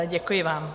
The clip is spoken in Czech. Děkuji vám.